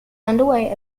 underway